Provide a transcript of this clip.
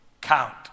count